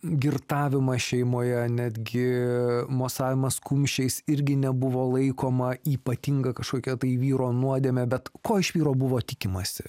girtavimas šeimoje netgi mosavimas kumščiais irgi nebuvo laikoma ypatinga kažkokia tai vyro nuodėme bet ko iš vyro buvo tikimasi